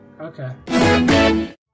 Okay